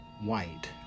white